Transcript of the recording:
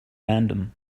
random